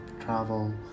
travel